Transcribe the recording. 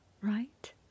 right